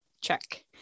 Check